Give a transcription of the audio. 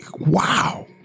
wow